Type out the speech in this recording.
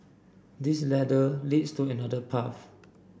this ladder leads to another path